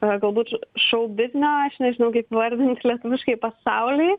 na galbūt šou biznio aš nežinau kaip įvardint lietuviškai pasauly